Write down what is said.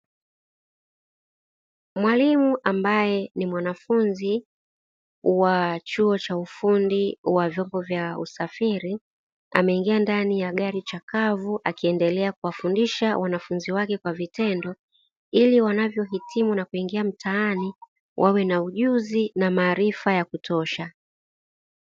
Mwalimu ambaye ni mwanafunzi wa chuo cha ufundi wa vyombo vya usafiri ameingia ndani ya gari chakavu akiendelea kuwafundisha wanafunzi wake kwa vitendo, ili wanavyohitimu na kuingia mtaani wawe na ujuzi na maarifa ya kutosha.